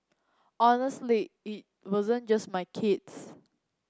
honestly it wasn't just my kids